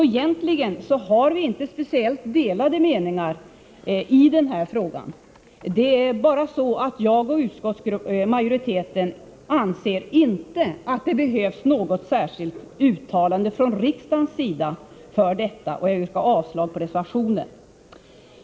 Egentligen har vi alltså inte speciellt delade meningar i den här frågan. Det är bara så, att jag och utskottsmajoriteten inte anser att det behövs något särskilt uttalande från riksdagen. Jag yrkar avslag på reservationen.